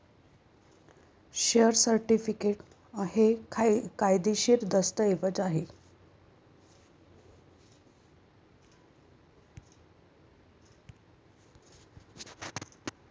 share certificate हे कायदेशीर दस्तऐवज आहे